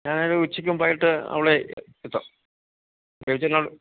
ഞാൻ ഒരു ഉച്ചക്ക് മുമ്പായിട്ട് അവിടെ എത്താം ബേബിച്ചേട്ടനാ